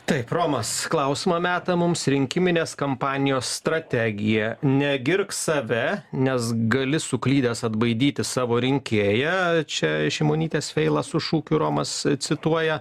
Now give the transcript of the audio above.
taip romas klausimą meta mums rinkiminės kampanijos strategija negirk save nes gali suklydęs atbaidyti savo rinkėją čia šimonytės feilą su šūkiu romas cituoja